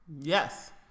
Yes